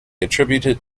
attributed